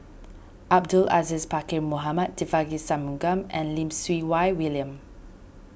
Abdul Aziz Pakkeer Mohamed Devagi Sanmugam and Lim Siew Wai William